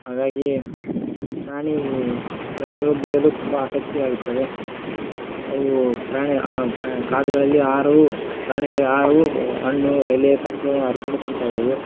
ಹಾಗಾಗಿ ಪ್ರಾಣಿ ಪ್ರಾಣಿಗಳು ಬೆಳೆಯಲು ತುಂಬಾ ಆಸಕ್ತಿಯಾಗುತ್ತವೆ ಅವು ಪ್ರಾಣಿ ಆ ಪ್ರಾಣಿ ಕಾಡುಗಳಲ್ಲಿ ಆಹಾರವು ಪ್ರಾಣಿಗಳಿಗೆ ಆಹಾರವು ಹಣ್ಣು ಎಲೆ ತಪ್ಪಲು ಹರ್ಕೊಂಡು ತಿಂತವೆ ಅವು